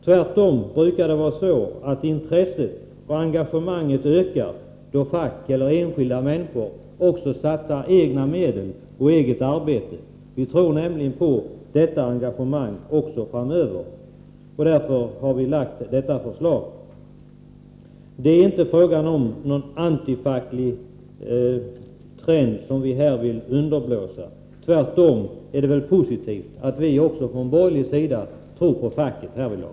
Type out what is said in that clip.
Tvärtom brukar intresset och engagemanget öka när fack eller enskilda människor satsar egna medel och själva utför ett arbete. Vi tror på ett sådant engagemang också framöver. Därför har vi framlagt detta förslag. Det är inte fråga om att vi vill underblåsa en antifacklig trend. Tvärtom är det väl positivt att även vi från borgerligt håll tror på facket härvidlag.